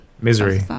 Misery